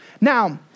Now